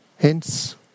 Hence